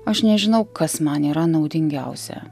aš nežinau kas man yra naudingiausia